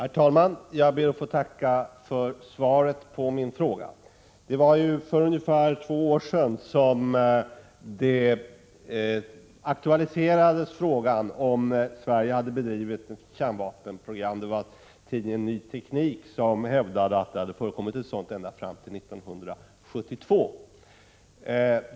er ära fören Herr talman! Jag tackar för svaret på min fråga. För ungefär två år sedan aktualiserades frågan om Sverige hade bedrivit någon kärnvapenforskning. Tidningen Ny Teknik hävdade att en sådan forskning hade förekommit ända fram till 1972.